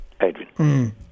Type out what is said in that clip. Adrian